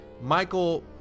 Michael